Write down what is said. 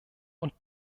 und